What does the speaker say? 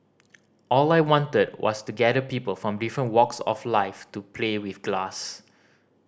all I wanted was to gather people from different walks of life to play with glass